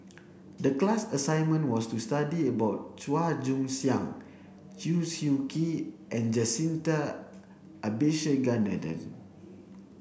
the class assignment was to study about Chua Joon Siang Chew Swee Kee and Jacintha Abisheganaden